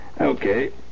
Okay